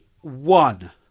one